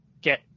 get